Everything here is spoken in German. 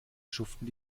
schuften